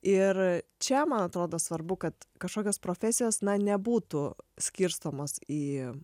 ir čia man atrodo svarbu kad kažkokios profesijos na nebūtų skirstomos į